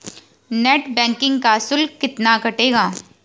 Net banking का शुल्क कितना कटेगा?